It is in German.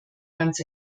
ganz